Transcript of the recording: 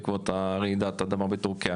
בעקבות רעידת האדמה בטורקיה.